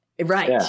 right